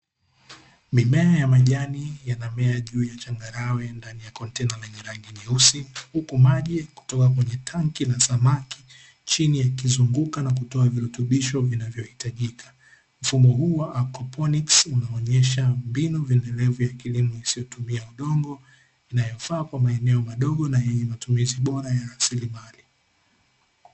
Mimea ya majani inamea juu ya changarawe ndani ya kontena lenye rangi nyeusi, huku maji kutoka kwenye tanki la samaki chini, yakizunguka na kutoa virutubisho vinavyohitajika. Mfumo huu wa haidroponi, unaonyesha mbinu endelevu ya kilimo isiyotumia udongo, inayofaa kwa maeneo madogo na yenye matumizi bora ya rasilimali.